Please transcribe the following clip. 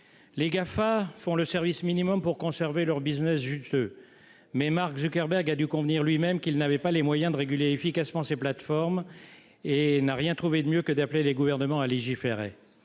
Les Gafa font le service minimum pour conserver leur business juteux. Mais Mark Zuckerberg a dû convenir lui-même qu'il n'avait pas les moyens de réguler efficacement ses plateformes et n'a rien trouvé de mieux que d'appeler les gouvernements à légiférer.